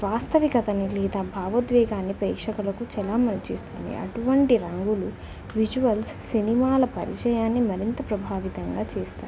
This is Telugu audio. వాస్తవికతను లేదా భావోద్వేగాన్ని ప్రేక్షకులకు చాలా మంచి చేస్తుంది అటువంటి రంగులు విజువల్స్ సినిమాల పరిచయాన్ని మరింత ప్రభావితంగా చేస్తాయి